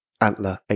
Antler